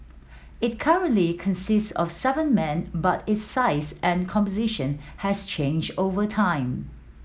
it currently consists of seven men but its size and composition has changed over time